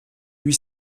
lui